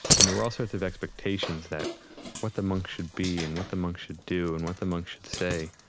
and there were all sorts of expectations that what the monks should be and what the monks should do and what the monks should say.